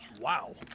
Wow